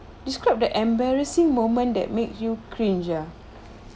describe the embarrassing moment that make you cringe ah